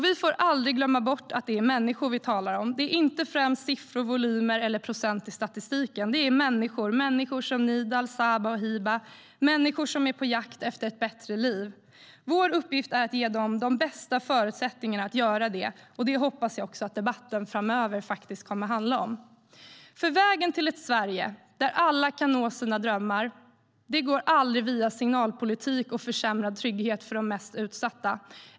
Vi får aldrig glömma bort att det är människor vi talar om. Det är inte främst siffror, volymer eller procent i statistiken. Det är människor som Nidal, Saba och Hiba. Det är människor som är på jakt efter ett bättre liv. Vår uppgift är att ge dem de bästa förutsättningarna att göra det. Det hoppas jag också att debatten framöver faktiskt kommer att handla om. Vägen till ett Sverige där alla kan nå sina drömmar går aldrig via signalpolitik och försämrad trygghet för de mest utsatta.